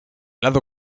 lado